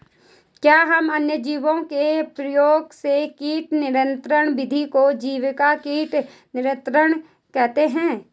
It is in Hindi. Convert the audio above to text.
क्या हम अन्य जीवों के प्रयोग से कीट नियंत्रिण विधि को जैविक कीट नियंत्रण कहते हैं?